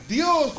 Dios